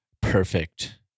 perfect